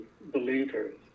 believers